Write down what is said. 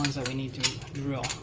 ones that we need to drill.